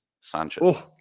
Sanchez